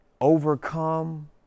overcome